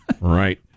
Right